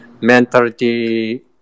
mentality